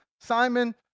Simon